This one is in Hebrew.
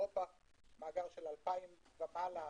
מאגר של 2,000 ומעלה.